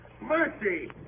mercy